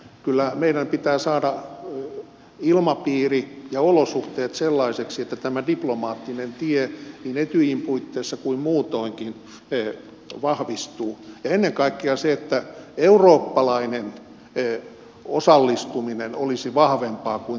kyllä meidän pitää saada ilmapiiri ja olosuhteet sellaisiksi että tämä diplomaattinen tie niin etyjin puitteissa kuin muutoinkin vahvistuu ja ennen kaikkea eurooppalainen osallistuminen olisi vahvempaa kuin tällä hetkellä